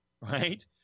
Right